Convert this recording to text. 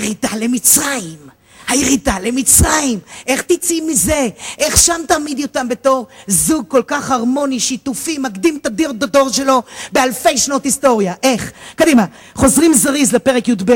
הירידה למצרים, הירידה למצרים, איך תצאי מזה, איך שם תעמידי אותם בתור זוג כל כך הרמוני, שיתופי, מקדים את הדיר דודור שלו, באלפי שנות היסטוריה, איך, קדימה, חוזרים זריז לפרק י״ב,